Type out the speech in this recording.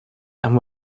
and